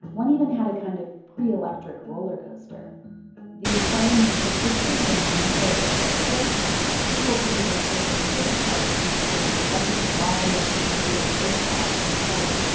one even had a kind of pre-electric roller coaster the asylum in poughkeepsie had a nine-hole golf course people could even purchase postcards featuring a lovely drawing of the area's kirkbride like,